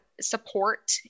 Support